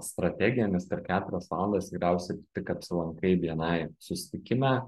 strategija nes per keturias valandas tikriausiai tik apsilankai bni susitikime